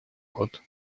год